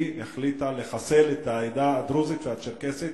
היא החליטה לחסל את העדה הדרוזית והצ'רקסית